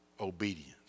obedience